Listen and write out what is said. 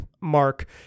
mark